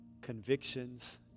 convictions